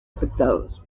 afectados